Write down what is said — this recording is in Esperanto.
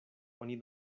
oni